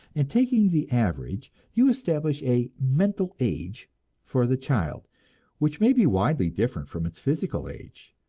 and taking the average, you establish a mental age for the child which may be widely different from its physical age.